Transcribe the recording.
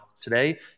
today